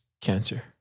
cancer